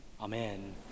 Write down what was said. amen